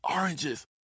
oranges